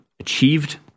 achieved